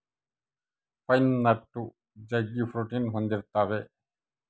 pine nut ಜಗ್ಗಿ protein ಹೊಂದಿರ್ತವ